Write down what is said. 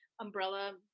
umbrella